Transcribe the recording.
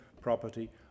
property